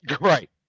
Right